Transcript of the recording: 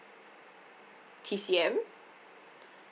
T_C_M